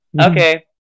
Okay